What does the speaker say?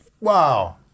Wow